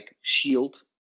shield